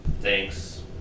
Thanks